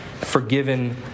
forgiven